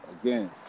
again